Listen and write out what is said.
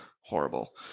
horrible